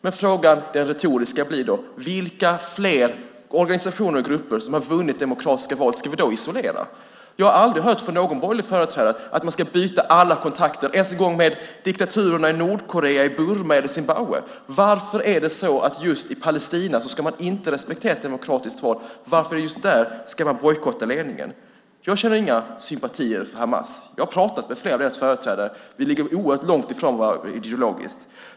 Men frågan - den retoriska - blir då: Vilka fler organisationer som har vunnit demokratiska val ska vi då isolera? Jag har aldrig hört någon borgerlig företrädare säga att man ska bryta alla kontakter ens med diktaturerna i Nordkorea, Burma eller Zimbabwe. Varför är det just i Palestina man inte ska respektera ett demokratiskt val? Varför är det just där som man ska bojkotta ledningen? Jag känner inga sympatier för Hamas. Jag har pratat med flera av deras företrädare. Vi ligger oerhört långt ifrån varandra ideologiskt.